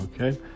Okay